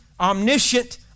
Omniscient